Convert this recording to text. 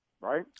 Right